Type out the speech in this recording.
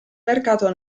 mercato